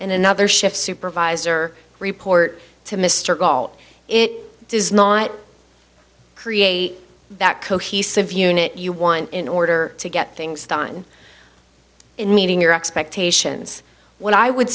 and another shift supervisor report to mr gault it does not create that cohesive unit you want in order to get things done in meeting your expectations what i would